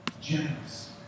generous